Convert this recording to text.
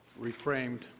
reframed